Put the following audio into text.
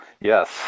Yes